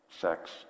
sex